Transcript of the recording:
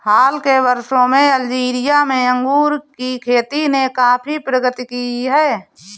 हाल के वर्षों में अल्जीरिया में अंगूर की खेती ने काफी प्रगति की है